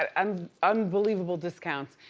and um unbelievable discounts,